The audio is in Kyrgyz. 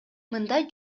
мындай